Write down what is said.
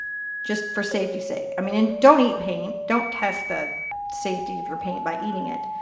just for safety sake. i mean, and don't eat paint. don't test that safety for paint by eating it.